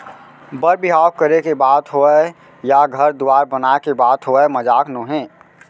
बर बिहाव करे के बात होवय या घर दुवार बनाए के बात होवय मजाक नोहे